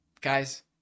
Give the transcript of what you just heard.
guys